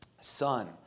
son